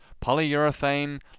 polyurethane